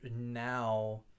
now